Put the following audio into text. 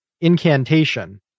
incantation